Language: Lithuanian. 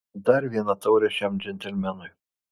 dar vieną taurę šiam džentelmenui